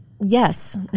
yes